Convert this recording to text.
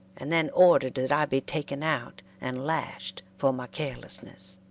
and then ordered that i be taken out and lashed for my carelessness.